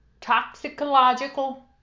Toxicological